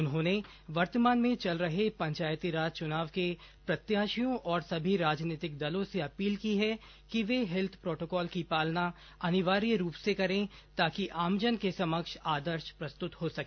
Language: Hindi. उन्होंने वर्तमान में चल रहे पंचायतीराज चुनाव के प्रत्याशियों और समी राजनीतिक दलों से अपील की है कि वे हैल्थ प्रोटोकॉल की पालना अनिवार्य रूप से करें ताकि आमजन के समक्ष आदर्श प्रस्तुत हो सके